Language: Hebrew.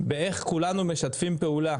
באיך כולנו משתפים פעולה